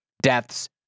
deaths